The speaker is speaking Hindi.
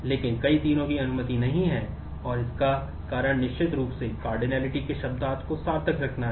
लेकिन कई तीरों की अनुमति नहीं है और इसका कारण निश्चित रूप से कार्डिनैलिटी है